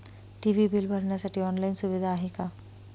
TV bill भरण्यासाठी online सुविधा आहे का?